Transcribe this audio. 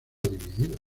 dividido